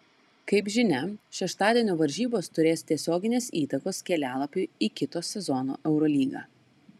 kaip žinia šeštadienio varžybos turės tiesioginės įtakos kelialapiui į kito sezono eurolygą